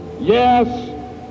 yes